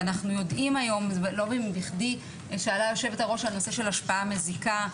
לא בכדי שאלה יושבת-הראש על הנושא של השפעה מזיקה,